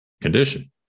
condition